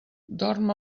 dorm